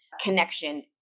Connection